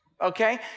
Okay